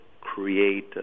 create